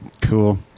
Cool